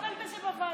נטפל בזה בוועדה.